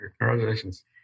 Congratulations